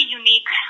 unique